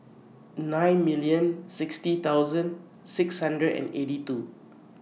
nine million sixty thousand six hundred and eighty two